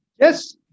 Yes